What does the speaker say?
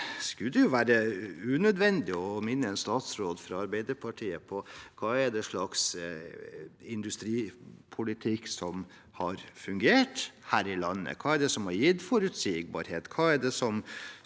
Det skulle være unødvendig å minne en statsråd fra Arbeiderpartiet på hva det er slags industripolitikk som har fungert her i landet, hva det er som har gitt forutsigbarhet, hva det er som